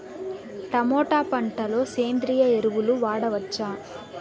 Tomato పంట లో సేంద్రియ ఎరువులు వాడవచ్చా?